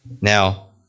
now